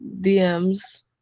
DMs